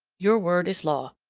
your word is law.